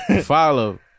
Follow